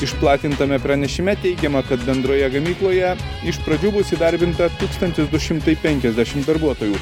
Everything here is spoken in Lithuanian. išplatintame pranešime teigiama kad bendroje gamykloje iš pradžių bus įdarbinta tūkstantis du šimtai penkiasdešimt darbuotojų